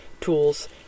tools